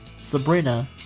Sabrina